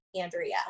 Andrea